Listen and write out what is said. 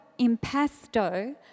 impasto